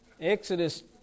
Exodus